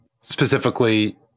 specifically